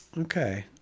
Okay